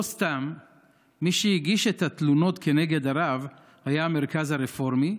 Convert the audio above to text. לא סתם מי שהגיש את התלונות כנגד הרב היה המרכז הרפורמי,